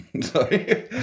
Sorry